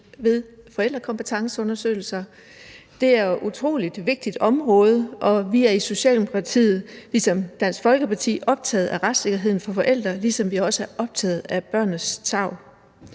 ved forældrekompetenceundersøgelser. Det er jo et utrolig vigtigt område, og vi er i Socialdemokratiet ligesom Dansk Folkeparti optaget af retssikkerheden for forældre, ligesom vi også er optaget af børnenes tarv.